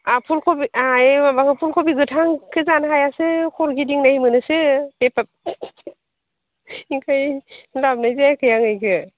आं फुल खबि गोथांखौ जानो हायासो खर' गिदिंनाय मोनोसो ओंखायनो लाबोनाय जायाखै आं बेखौ